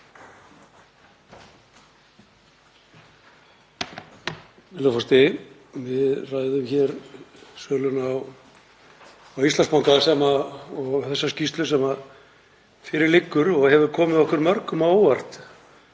vega er þetta ekki